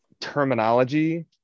terminology